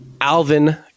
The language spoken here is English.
Alvin